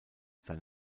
sein